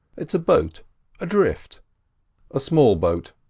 it's a boat adrift a small boat,